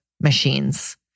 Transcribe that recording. machines